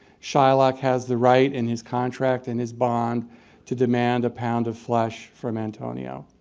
shylock has the right in his contract and his bond to demand a pound of flesh from antonio.